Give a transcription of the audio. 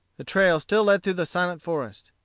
the trail still led through the silent forest.